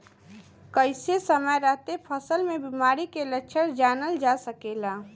कइसे समय रहते फसल में बिमारी के लक्षण जानल जा सकेला?